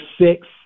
six